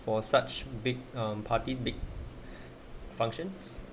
for such big parties big functions